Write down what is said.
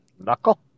Knuckle